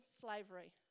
slavery